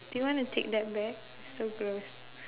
do you wanna take that back so gross